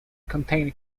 contain